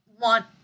Want